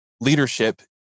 leadership